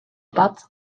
that